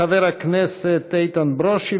חבר הכנסת איתן ברושי,